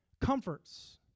Comforts